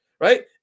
right